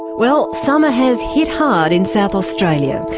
well summer has hit hard in south australia.